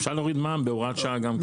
אפשר להוריד מע"מ בהוראת שעה, גם כן.